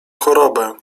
chorobę